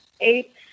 eight